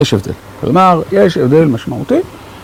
יש הבדל, כלומר יש הבדל משמעותי